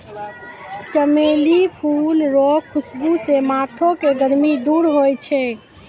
चमेली फूल रो खुशबू से माथो के गर्मी दूर होय छै